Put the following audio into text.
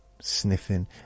sniffing